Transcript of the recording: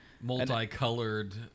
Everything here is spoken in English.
Multicolored